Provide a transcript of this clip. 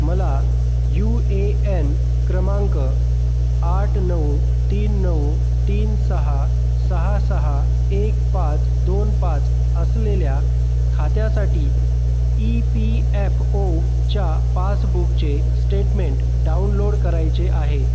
मला U A N क्रमांक आठ नऊ तीन नऊ तीन सहा सहा सहा एक पाच दोन पाच असलेल्या खात्यासाठी ई पी एफ ओच्या पासबुकचे स्टेटमेंट डाउनलोड करायचे आहे